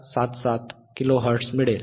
477 kilohertz 5